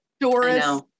Doris